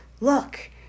Look